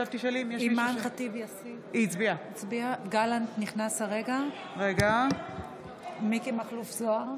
יואב גלנט, נגד מכלוף מיקי זוהר,